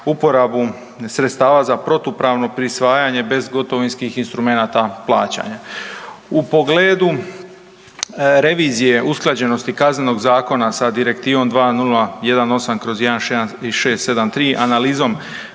uporabu sredstava za protupravno prisvajanje bezgotovinskih instrumenata plaćanja. U pogledu revizije Direktivom 2018/1673 analizom